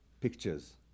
pictures